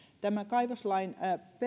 tälle kaivoslain